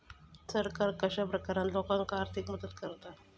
सरकार कश्या प्रकारान लोकांक आर्थिक मदत करता?